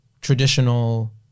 traditional